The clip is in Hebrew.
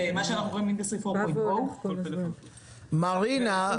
למה שאנחנו --- את מכירה את מרינה?